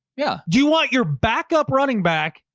yeah. do you want your backup running back,